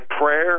prayer